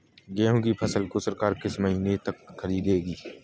गेहूँ की फसल को सरकार किस महीने तक खरीदेगी?